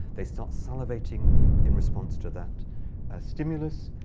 they start salivating in response to that stimulus.